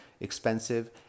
expensive